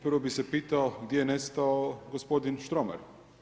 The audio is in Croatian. Prvo bih se pitao gdje je nestao gospodin Štromar?